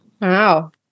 wow